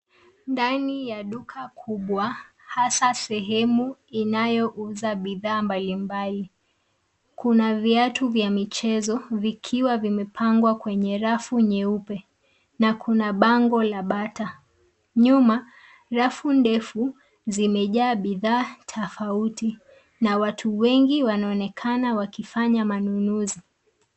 Ndani ya duka kubwa hasa sehemu inayouza bidhaa mbalimbali, kuna viatu vya michezo vikiwa vimepangwa kwenye rafu nyeupe na kuna bango la Bata. Nyuma rafu ndefu zimejaa bidhaa tofauti na watu wengi wanaonekana wakifanya manunuzi.